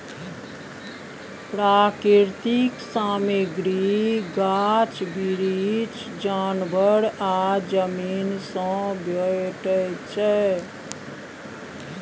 प्राकृतिक सामग्री गाछ बिरीछ, जानबर आ जमीन सँ भेटै छै